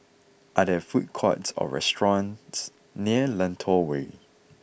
are there food courts or restaurants near Lentor Way